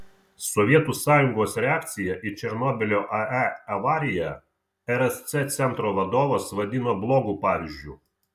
sovietų sąjungos reakciją į černobylio ae avariją rsc centro vadovas vadino blogu pavyzdžiu